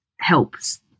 helps